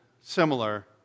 similar